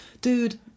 Dude